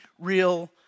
real